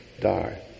die